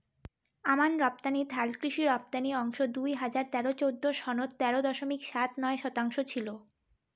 আমান রপ্তানিত হালকৃষি রপ্তানি অংশ দুই হাজার তেরো চৌদ্দ সনত তেরো দশমিক সাত নয় শতাংশ ছিল